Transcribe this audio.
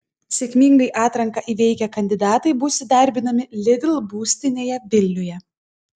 sėkmingai atranką įveikę kandidatai bus įdarbinami lidl būstinėje vilniuje